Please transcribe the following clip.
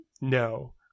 No